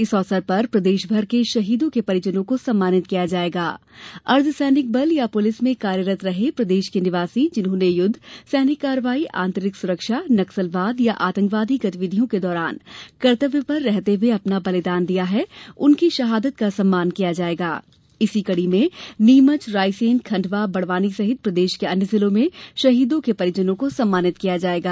इस अवसर पर प्रदेश भर के शहीदों के परिजनों को सम्मानित किया जायेगा अर्द्वसैनिक बल या पुलिस में कार्यरत रहे प्रदेश के निवासी जिन्होने युद्ध सैनिक कार्यवाही आंतरिक सुरक्षा नक्सलवाद या आंतकवादी गतिविधियों के दौरान कर्तव्य पर रहते हुए अपना बलिदाने दिया है उनकी शहादत का सम्मान किया जायेगा इसी कड़ी में नीमच रायसेन खण्डवा सहित प्रदेश के अन्य जिलों में शहीदों के परिजनों को सम्मानित किया जायेगा